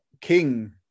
king